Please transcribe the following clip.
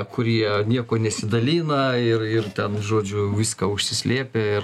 kurie niekuo nesidalina ir ir ten žodžiu viską užsislėpę ir